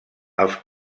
als